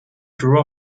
grew